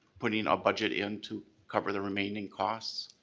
putting a budget in to cover the remaining costs,